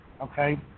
okay